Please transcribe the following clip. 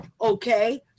Okay